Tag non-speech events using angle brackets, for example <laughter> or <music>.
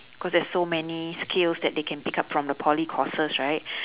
cause there's so many skills that they can pick up from the poly courses right <breath>